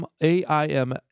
AIM